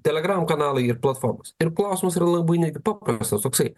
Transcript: telegramų kanalai ir platformos ir klausimas yra labai paprastas toksai